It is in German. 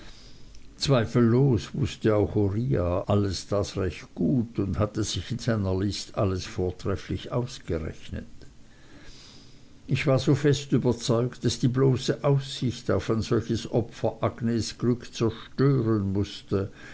zweifellos wußte auch uriah alles das recht gut und hatte sich in seiner list alles vortrefflich ausgerechnet ich war so fest überzeugt daß die bloße aussicht auf ein solches opfer agnes glück zerstören mußte